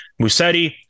Musetti